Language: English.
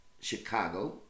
Chicago